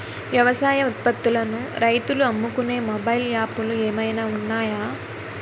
వ్యవసాయ ఉత్పత్తులను రైతులు అమ్ముకునే మొబైల్ యాప్ లు ఏమైనా ఉన్నాయా?